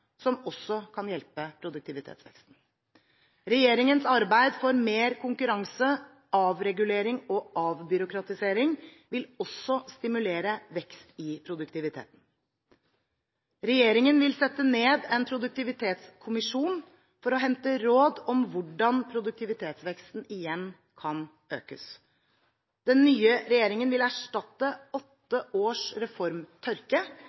som også kan hjelpe produktivitetsveksten. Regjeringens arbeid for mer konkurranse, avregulering og avbyråkratisering vil også stimulere vekst i produktiviteten. Regjeringen vil sette ned en produktivitetskommisjon for å hente råd om hvordan produktivitetsveksten igjen kan økes. Den nye regjeringen vil erstatte